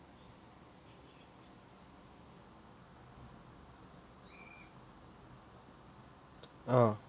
ah